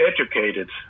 educated